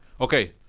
okay